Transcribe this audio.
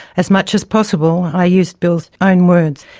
as much as possible i used bill's own words,